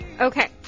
Okay